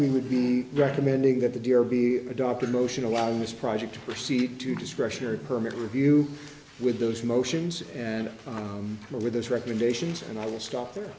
we would be recommending that the dear be adopted motion allow this project to proceed to discretionary permit review with those motions and for those recommendations and i will stop there